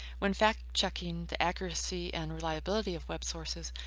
when fact checking the accuracy and reliability of web sources,